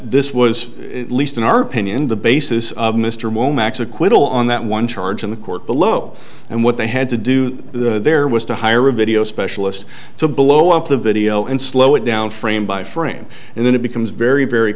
this was least in our opinion the basis of mr mo max acquittal on that one charge in the court below and what they had to do there was to hire a video specialist to blow up the video and slow it down frame by frame and then it becomes very very